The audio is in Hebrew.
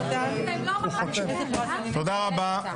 תודה רבה.